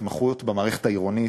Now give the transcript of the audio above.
בהתמחות במערכת העירונית,